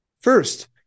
First